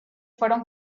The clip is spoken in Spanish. fueron